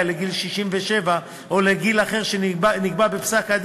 לגיל 67 או לגיל אחר שנקבע בפסק-הדין,